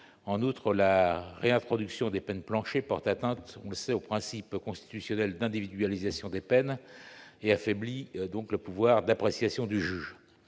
De plus, la réintroduction des peines planchers porte atteinte au principe constitutionnel d'individualisation des peines et affaiblit le pouvoir d'appréciation du juge.